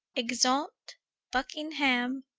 exit buckingham,